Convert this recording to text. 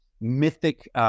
mythic